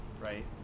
right